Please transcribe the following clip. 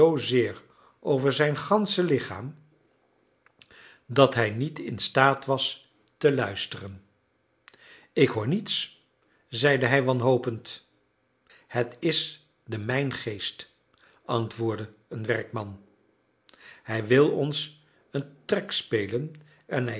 over zijn gansche lichaam dat hij niet instaat was te luisteren ik hoor niets zeide hij wanhopend het is de mijngeest antwoordde een werkman hij wil ons een trek spelen en